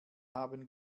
haben